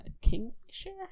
kingfisher